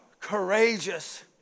courageous